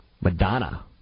Madonna